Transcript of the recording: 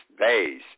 days